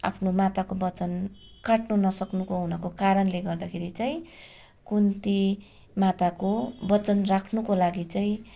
आफ्नो माताको वचन काट्नु नसक्नुको हुनको कारणले गर्दाखेरि चाहिँ कुन्ती माताको वचन राख्नको लागि चाहिँ